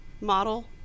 model